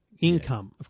Income